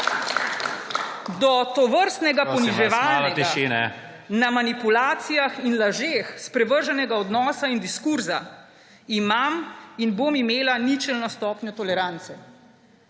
Do tovrstnega poniževalnega, na manipulacijah in lažeh sprevrženega odnosa in diskurza imam in bom imela ničelno stopnjo tolerance.